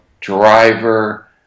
driver